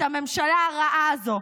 את הממשלה הרעה הזו,